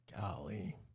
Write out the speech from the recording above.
golly